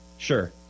Sure